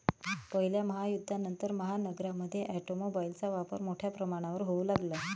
पहिल्या महायुद्धानंतर, महानगरांमध्ये ऑटोमोबाइलचा वापर मोठ्या प्रमाणावर होऊ लागला